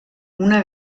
una